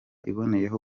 iboneyeho